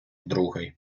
другий